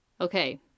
okay